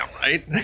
right